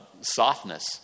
softness